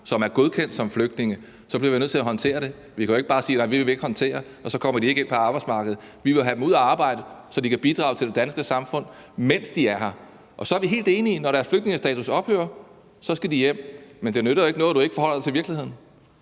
som er godkendt som flygtninge, bliver vi nødt til at håndtere det. Vi kan jo ikke bare sige, at nej, det vil vi ikke håndtere, og så kommer de ikke ind på arbejdsmarkedet. Vi vil have dem ud at arbejde, så de kan bidrage til det danske samfund, mens de er her. Så er vi helt enige om, at når deres flygtningestatus ophører, skal de hjem. Men det nytter ikke noget, du ikke forholder dig til virkeligheden.